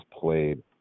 played –